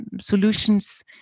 solutions